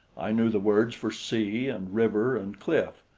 i knew the words for sea and river and cliff,